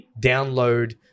download